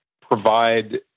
provide